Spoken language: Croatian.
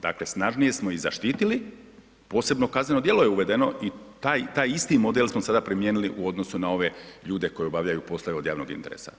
Dakle, snažnije smo ih zaštitili, posebno kazneno djelo je uvedeno i taj isti model smo sada primijenili u odnosu na ove ljude koji obavljaju poslove od javnog interesa.